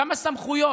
כמה סמכויות?